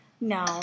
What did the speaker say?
No